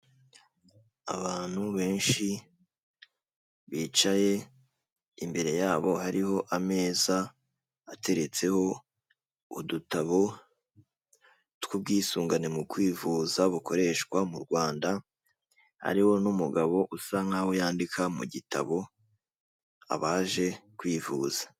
Abantu benshi bicaye imbere yabo hariho ameza ateretseho udutabo tw'ubwisungane mu kwivuza bukoreshwa mu Rwanda, hariho n'umugabo usa nkaho yandika mu gitabo abaje kwivuza.